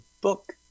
book